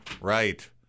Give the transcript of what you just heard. right